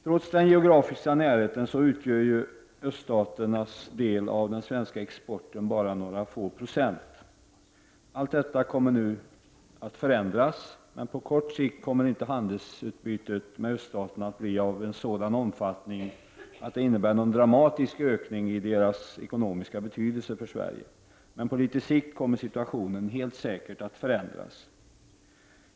Trots den geografiska närheten utgör öststaternas del av den svenska exporten bara några få procent. Allt detta kommer nu att förändras. På kort sikt kommer inte handelsutbytet med öststaterna att bli av en sådan omfattning att det innebär någon dramatisk ökning av deras ekonomiska betydelse för Sverige, men på litet sikt kommer situationen helt säkert att förändras.